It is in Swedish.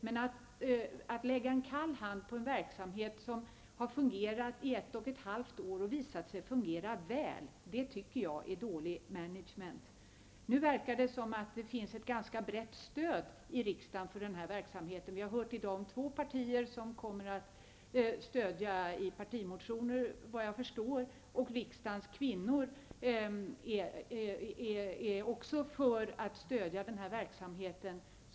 Men att lägga en kall hand på en verksamhet som har fungerat väl i ett och ett halvt år tycker jag är dålig management. Nu verkar det finnas ett ganska brett stöd i riksdagen för denna verksamhet. Vi är ett av de två partier som kommer att lägga fram partimotioner, efter vad jag förstår, och riksdagens kvinnor också stödja denna verksamhet.